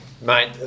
mate